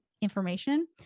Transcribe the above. information